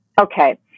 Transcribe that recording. Okay